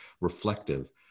reflective